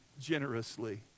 generously